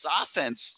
offense